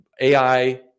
AI